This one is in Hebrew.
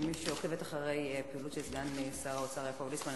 כמי שעוקבת אחרי פעילות סגן השר יעקב ליצמן,